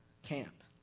Camp